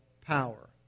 power